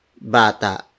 bata